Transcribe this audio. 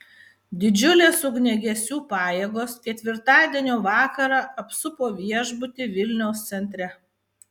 didžiulės ugniagesių pajėgos ketvirtadienio vakarą apsupo viešbutį vilniaus centre